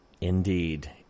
Indeed